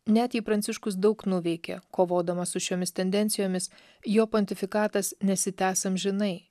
net jei pranciškus daug nuveikė kovodamas su šiomis tendencijomis jo pontifikatas nesitęs amžinai